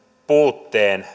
puute